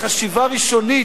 כחשיבה ראשונית,